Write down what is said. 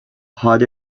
hot